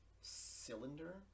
cylinder